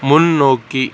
முன்னோக்கி